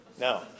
No